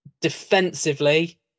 Defensively